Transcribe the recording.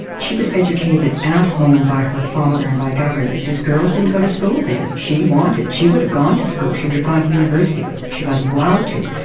she was educated at home by her father and by governesses. girls didn't go to school then. she wanted, she would have gone to school, she would have gone to university but she wasn't allowed to.